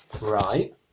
Right